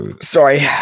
Sorry